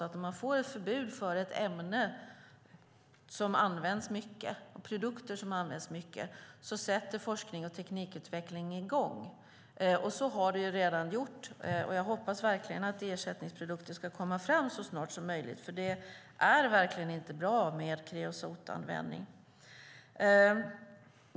Men om man får ett förbud för ett ämne eller en produkt som används mycket brukar forskning och teknikutveckling sätta i gång. Det har redan skett. Jag hoppas verkligen att ersättningsprodukter ska komma fram så snart som möjligt. Det är verkligen inte bra med kreosotanvändning.